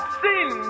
sin